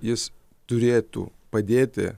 jis turėtų padėti